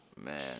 Man